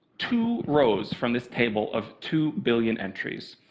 two rows from this table of two billion entries.